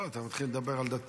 לא, אתה מתחיל לדבר על דתיים.